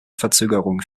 verzögerung